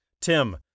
Tim